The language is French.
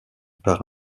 par